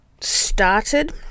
started